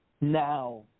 Now